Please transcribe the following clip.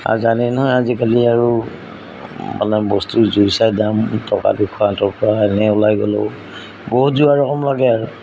আৰু জানেই নহয় আজিকালি আৰু মানে বস্তু জুই চাই দাম টকা দুশ হাতৰ পৰা এনেই ওলাই গ'লেও বহুত যোৱা ৰকম লাগে আৰু